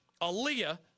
Aaliyah